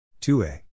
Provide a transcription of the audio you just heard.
2a